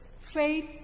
faith